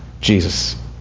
Jesus